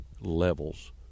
levels